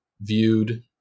viewed